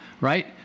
right